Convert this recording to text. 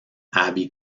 abbey